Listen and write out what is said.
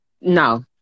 no